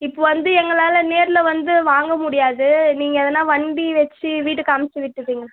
இப்போ வந்து எங்களால் நேரில் வந்து வாங்க முடியாது நீங்கள் ஏதனா வண்டி வச்சு வீட்டுக்கு அமுச்சு விட்டுவிடுங்க